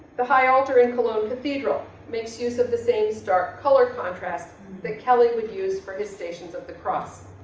the high altar in cologne cathedral makes use of the same stark color contrast the kelly would use for his stations of the cross.